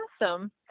Awesome